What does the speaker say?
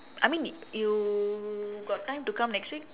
I mean you got time to come next week